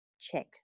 check